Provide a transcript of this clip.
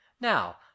now